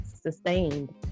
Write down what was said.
sustained